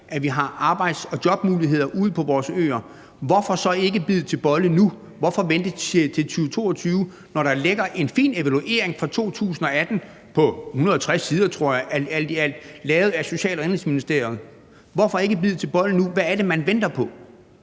at vi har arbejds- og jobmuligheder ude på vores øer. Hvorfor så ikke bide til bolle nu? Hvorfor vente til 2022, når der ligger en fin evaluering fra 2018 på alt i alt 160 sider, tror jeg, lavet af Social- og Indenrigsministeriet? Hvorfor ikke bide til bolle nu? Hvad er det, man venter på?